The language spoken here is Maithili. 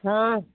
हँ